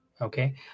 okay